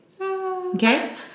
Okay